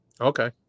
Okay